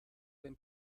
been